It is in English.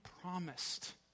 promised